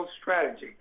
strategy